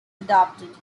adopted